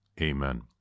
Amen